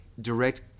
direct